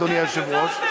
אדוני היושב-ראש,